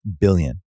billion